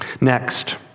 Next